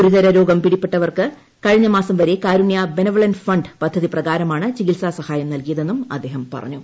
ഗുരുതര രോഗം പിട്ടിപെട്ടവർക്ക് കഴിഞ്ഞ മാസം വരെ കരുണ്യ ബനവലന്റ് ഫണ്ട് പ്ളൂതി പ്രകാരമാണ് ചികിത്സാ സഹായം നൽകിയതെന്നും അദ്ദേഹം പ്റഞ്ഞു